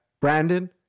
Brandon